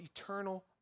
eternal